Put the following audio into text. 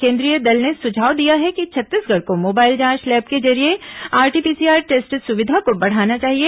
केंद्रीय दल ने सुझाव दिया है कि छत्तीसगढ़ को मोबाइल जांच लैब के जरिये आरटी पीसीआर टेस्ट सुविधा को बढ़ाना चाहिए